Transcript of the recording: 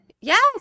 yes